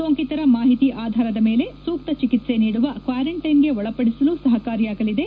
ಸೋಂಕಿತರ ಮಾಹಿತಿ ಆಧಾರದ ಮೇಲೆ ಸೂಕ್ತ ಚಿಕಿತ್ತೆ ನೀಡುವ ಕ್ನಾರಂಟೈನ್ಗೆ ಒಳಪಡಿಸಲು ಸಪಕಾರಿಯಾಗಲಿದೆ